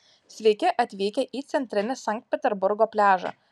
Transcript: sveiki atvykę į centrinį sankt peterburgo pliažą